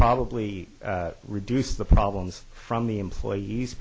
probably reduce the problems from the employee